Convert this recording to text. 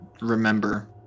remember